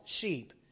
sheep